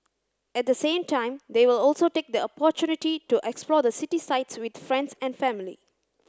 at the same time they will also take the opportunity to explore the city sights with friends and family